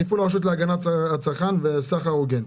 תפעול הרשות להגנת הצרכן וסחר הוגן.